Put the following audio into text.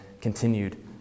continued